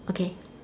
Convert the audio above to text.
okay